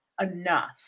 enough